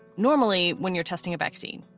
normally when you're testing a vaccine,